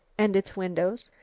and its windows?